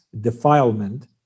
defilement